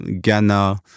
Ghana